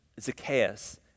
Zacchaeus